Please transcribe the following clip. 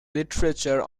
literature